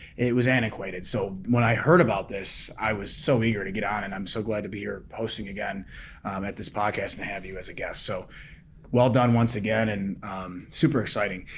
it was antiquated. so when i heard about this, i was so eager to get on it and i'm so glad to be here hosting again at this podcast and have you as a guest. so well done, once again, and super exciting.